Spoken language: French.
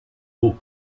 vaud